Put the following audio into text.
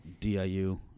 DIU